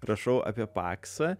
rašau apie paksą